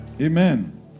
Amen